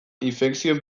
infekzioen